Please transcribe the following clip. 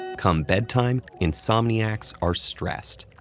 come bedtime, insomniacs are stressed.